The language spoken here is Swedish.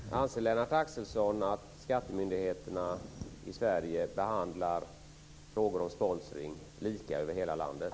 Fru talman! Anser Lennart Axelsson att skattemyndigheterna i Sverige behandlar frågor om sponsring lika över hela landet?